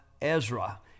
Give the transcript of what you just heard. Ezra